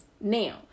now